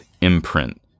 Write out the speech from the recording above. imprint